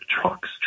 truck's